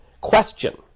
question